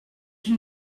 une